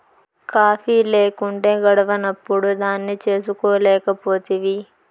coffee లేకుంటే గడవనప్పుడు దాన్నే చేసుకోలేకపోతివి